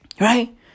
Right